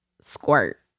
squirt